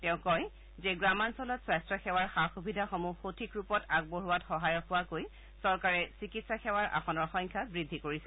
তেওঁ কয় যে গ্ৰামাঞ্চলত স্বাস্থ্য সেৱাৰ সা সুবিধাসমূহ সঠিক ৰূপত আগবঢ়োৱাত সহায়ক হোৱাকৈ চৰকাৰে চিকিৎসা শিক্ষাৰ আসনৰ সংখ্যা বৃদ্ধি কৰিছে